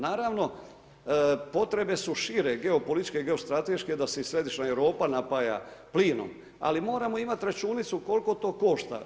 Naravno potrebe su šire geopolitičke i geostrateške da se i središnja Europa napaja plinom ali moramo imati računicu koliko to košta.